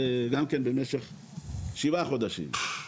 זה גם כן במשך שבעה חודשים.